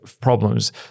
problems